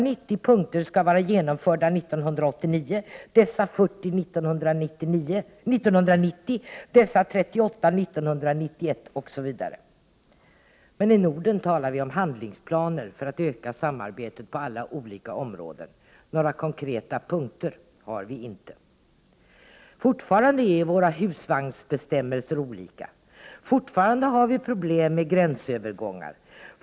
90 punkter skall vara genomförda 1989. 40 punkter skall vara klara 1990, 38 punkter 1991 osv. I Norden talar vi om handlingsplaner för att öka samarbetet på alla olika områden, inte om några konkreta punkter att genomföra. Våra husvagnsbestämmelser är fortfarande olika. Vi har fortfarande problem med gränsövergångar.